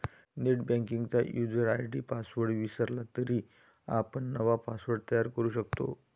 नेटबँकिंगचा user ID password विसरला तरी आपण नवा पासवर्ड तयार करू शकतो